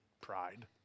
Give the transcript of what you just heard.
pride